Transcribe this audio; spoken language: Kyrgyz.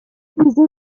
биздин